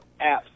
apps